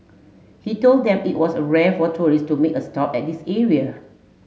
he told them it was rare for tourists to make a stop at this area